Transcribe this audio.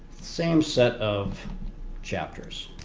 same set of chapters.